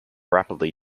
rapidly